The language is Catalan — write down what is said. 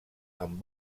amb